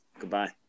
Goodbye